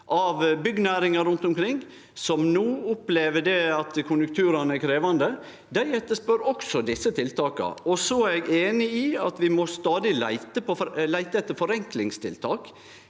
av byggjenæringa rundt omkring, som no opplever at konjunkturane er krevjande. Dei etterspør også desse tiltaka. Så er eg einig i at vi stadig må leite etter forenklingstiltak